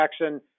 Jackson